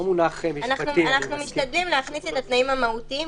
אנחנו משתדלים להכניס את התנאים המהותיים,